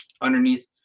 underneath